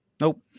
Nope